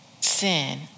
sin